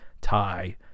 tie